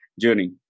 journey